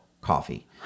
coffee